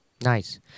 Nice